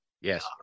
Yes